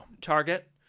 Target